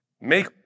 make